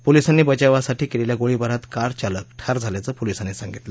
पोलिसांनी बचावासाठी केलेल्या गोळीबारात कारचालक ठार झाल्याचं पोलिसांनी सांगितलं